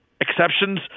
exceptions